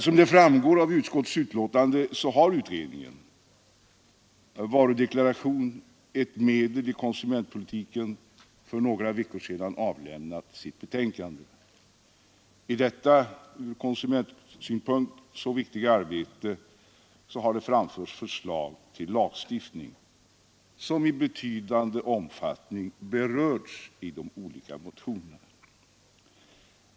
Som framgår av utskottets betänkande har utredningen för några veckor sedan avlämnat sitt betänkande” Varudeklaration — ett medeli konsumentpolitiken”. I detta ur konsumentsynpunkt så viktiga arbete har det nu framförts förslag till lagstiftning, som i betydande omfattning berörts i de olika motionerna.